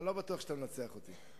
אני לא בטוח שאתה מנצח אותי.